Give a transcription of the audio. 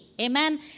amen